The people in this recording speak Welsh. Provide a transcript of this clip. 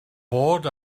bod